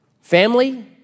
Family